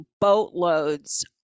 boatloads